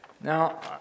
Now